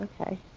Okay